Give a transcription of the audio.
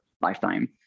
lifetime